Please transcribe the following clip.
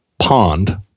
pond